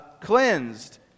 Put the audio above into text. cleansed